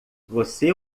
você